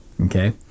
Okay